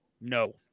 No